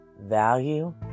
value